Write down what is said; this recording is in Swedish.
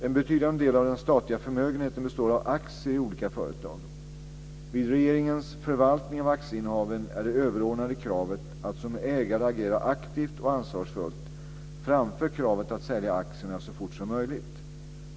En betydande del av den statliga förmögenheten består av aktier i olika företag. Vid regeringens förvaltning av aktieinnehaven är det överordnade kravet att som ägare agera aktivt och ansvarsfullt framför kravet att sälja aktierna så fort som möjligt.